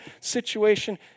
situation